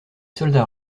soldats